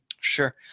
Sure